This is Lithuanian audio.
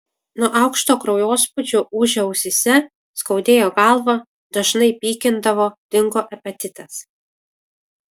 nuo aukšto kraujospūdžio ūžė ausyse skaudėjo galvą dažnai pykindavo dingo apetitas